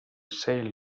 sale